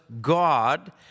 God